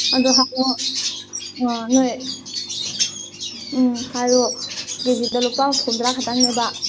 ꯑꯗꯣ ꯍꯪꯉꯣ ꯅꯣꯏ ꯎꯝ ꯍꯥꯏꯌꯣ ꯀꯦ ꯖꯤꯗ ꯂꯨꯄꯥ ꯍꯨꯝꯗ꯭ꯔꯥ ꯈꯛꯇꯅꯦꯕ